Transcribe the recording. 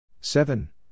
seven